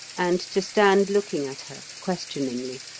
and to stand looking at her questioningly.